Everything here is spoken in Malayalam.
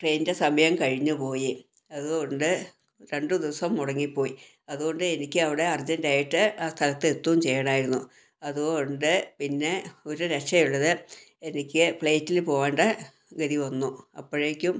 ട്രെയിനിൻ്റെ സമയം കഴിഞ്ഞുപോയി അതുകൊണ്ട് രണ്ടു ദിവസം മുടങ്ങിപ്പോയി അതുകൊണ്ട് എനിക്ക് അവിടെ അർജന്റായിട്ട് സ്ഥലത്തു എത്തൂ ചെയ്യണായിരുന്നു അതുകൊണ്ട് പിന്നെ ഒരു രക്ഷയുള്ളത് എനിക്ക് ഫ്ലൈറ്റിൽ പോകാണ്ട ഗതി വന്നു അപ്പോഴേക്കും